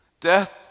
Death